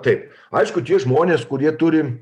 taip aišku tie žmonės kurie turi